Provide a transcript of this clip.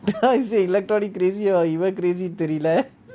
that's what I say electronic crazier தெரில:terila